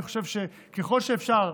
אני חושב שככל שאפשר,